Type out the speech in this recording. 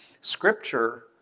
Scripture